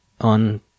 on